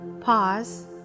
Pause